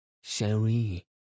Sherry